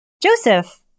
Joseph